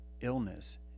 illness